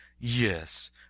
Yes